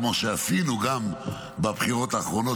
כמו שעשינו גם בבחירות האחרונות,